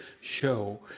show